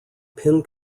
pin